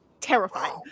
terrifying